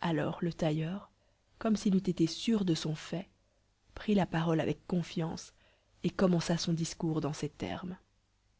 alors le tailleur comme s'il eût été sûr de son fait prit la parole avec confiance et commença son discours dans ces termes